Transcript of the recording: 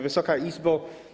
Wysoka Izbo!